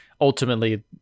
ultimately